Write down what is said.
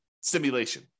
simulation